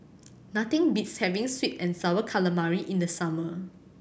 nothing beats having sweet and Sour Calamari in the summer